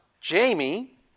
Jamie